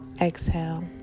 Exhale